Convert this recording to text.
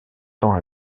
tend